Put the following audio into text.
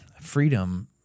freedom